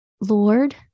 Lord